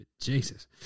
jesus